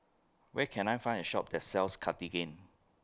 Where Can I Find A Shop that sells Cartigain